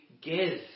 give